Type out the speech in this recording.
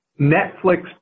Netflix